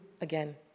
again